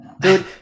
Dude